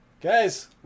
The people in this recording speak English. Guys